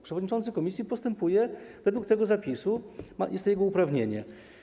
Przewodniczący komisji postępuje według tego zapisu, jest to jego uprawnienie.